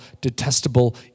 detestable